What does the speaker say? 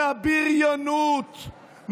מהבריונות,